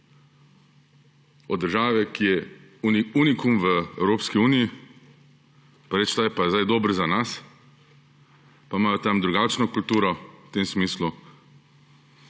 od države, ki je unikum v Evropski uniji, pa reči, da je ta dober za nas, ko imajo tam drugačno kulturo v tem smislu,